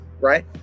right